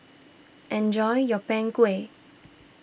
enjoy your Png Kueh